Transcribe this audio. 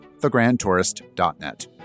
thegrandtourist.net